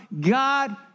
God